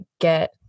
get